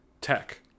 tech